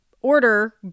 order